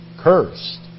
cursed